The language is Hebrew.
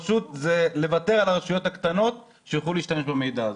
זה פשוט לוותר על הרשויות הקטנות שיוכלו להשתמש במידע הזה.